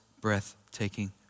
breathtaking